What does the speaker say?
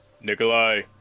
Nikolai